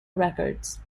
records